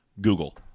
Google